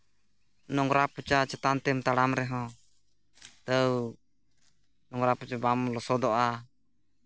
ᱱᱚᱝᱨᱟ ᱯᱚᱪᱟ ᱪᱮᱛᱟᱱ ᱛᱮᱢ ᱛᱟᱲᱟᱢ ᱨᱮᱦᱚᱸ ᱛᱟᱹᱣ ᱱᱚᱝᱨᱟ ᱯᱚᱪᱟ ᱵᱟᱢ ᱞᱚᱥᱚᱫᱚᱜᱼᱟ